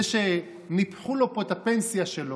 זה שניפחו לו פה את הפנסיה שלו,